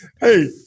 Hey